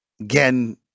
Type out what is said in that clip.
Again